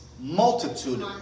Multitude